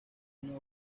una